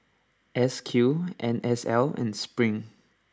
S Q N S L and Spring